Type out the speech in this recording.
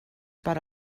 per